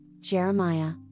Jeremiah